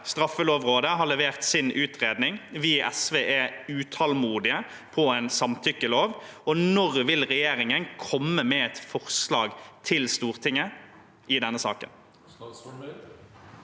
Straffelovrådet har levert sin utredning. Vi i SV er utålmodige når det gjelder en samtykkelov. Når vil regjeringen komme med et forslag til Stortinget i denne saken?